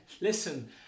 listen